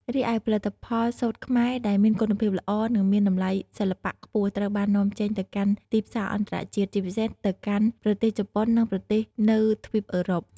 រីឯផលិតផលសូត្រខ្មែរដែលមានគុណភាពល្អ និងមានតម្លៃសិល្បៈខ្ពស់ ត្រូវបាននាំចេញទៅកាន់ទីផ្សារអន្តរជាតិ ជាពិសេសទៅកាន់ប្រទេសជប៉ុន និងប្រទេសនៅទ្វីបអឺរ៉ុប។